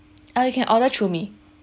oh you can order through me